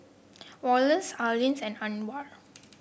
Wallace Arleen and Anwar